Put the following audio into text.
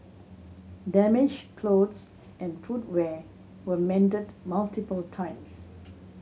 damaged clothes and footwear were mended multiple times